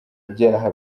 byaha